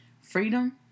Freedom